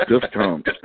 Discount